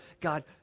god